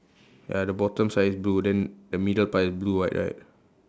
ya the bottom side is blue then the middle part is blue white right